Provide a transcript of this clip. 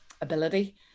ability